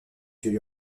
vieux